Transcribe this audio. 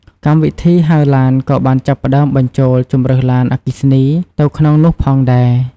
កម្មវិធីហៅឡានក៏បានចាប់ផ្តើមបញ្ចូលជម្រើសឡានអគ្គីសនីទៅក្នុងនោះផងដែរ។